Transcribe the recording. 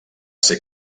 ser